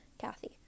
Kathy